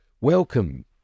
Welcome